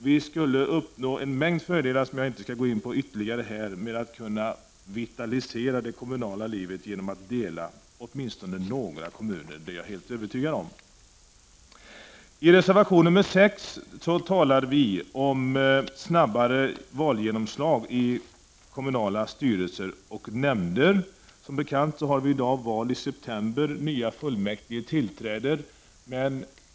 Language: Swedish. Vi skulle uppnå en mängd fördelar, som jag dock inte skall gå in på ytterligare här, och kunna vitalisera det kommunala livet genom att dela åtminstone några kommuner. Det är jag helt övertygad om. I reservation nr 6 talar vi om snabbare valgenomslag i kommunala styrelser och nämnder. Som bekant har vi i dag val i september. Nya fullmäktige tillträder då.